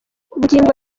bugingo